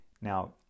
Now